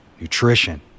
nutrition